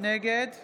נגד